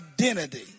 identity